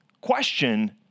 question